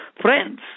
friends